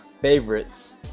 favorites